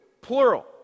plural